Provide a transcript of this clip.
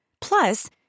Plus